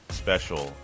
special